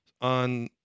On